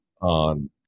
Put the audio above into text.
on